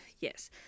yes